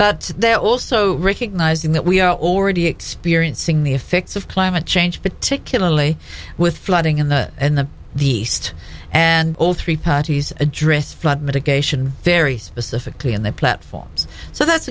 they're also recognizing that we are already experiencing the effects of climate change particularly with flooding in the in the the east and all three parties address flood mitigation very specifically on their platforms so that's